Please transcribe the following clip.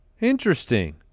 Interesting